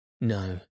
No